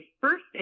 first